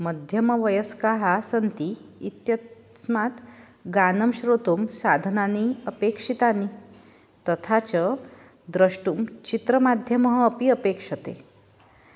मध्यमवयस्काः सन्ति इत्यस्मात् गानं श्रोतुं साधनानि अपेक्षितानि तथा च द्रष्टुं चित्रमाध्यमम् अपि अपेक्ष्यते